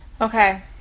Okay